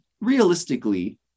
realistically